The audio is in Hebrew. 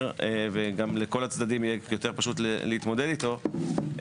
וגם לכל הצדדים יהיה יותר פשוט להתמודד אתו,